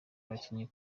abakinyi